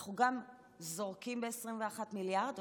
אנחנו גם זורקים ב-21 מיליארד,